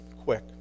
quick